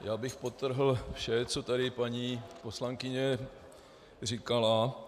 Já bych podtrhl vše, co tady paní poslankyně říkala.